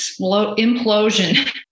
implosion